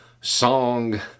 song